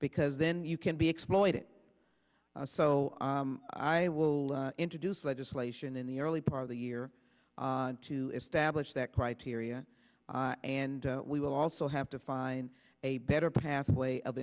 because then you can be exploited so i will introduce legislation in the early part of the year to establish that criteria and we will also have to find a better pathway of